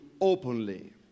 openly